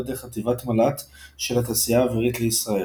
ידי חטיבת מלט של התעשייה האווירית לישראל.